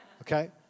Okay